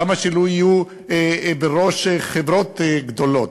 למה שלא יהיו בראש חברות גדולות?